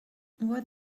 what